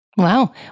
Wow